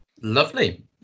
Lovely